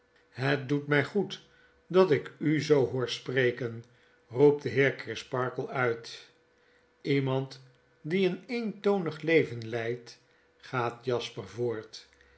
het doet mij goed dat ik u zoo hoor spreken roept de heer crisparkle uit lemand die een eentonig leven leidt gaat jasper voort